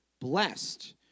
blessed